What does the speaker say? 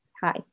Hi